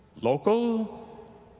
local